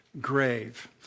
grave